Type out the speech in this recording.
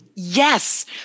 Yes